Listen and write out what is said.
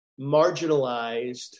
marginalized